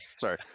Sorry